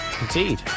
indeed